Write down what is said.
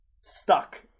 stuck